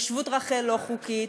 ושבות-רחל לא-חוקית,